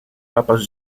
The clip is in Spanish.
papa